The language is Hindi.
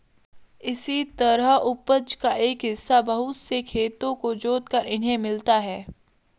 इसी तरह उपज का एक हिस्सा बहुत से खेतों को जोतकर इन्हें मिलता है